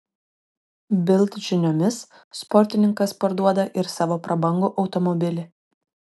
bild žiniomis sportininkas parduoda ir savo prabangų automobilį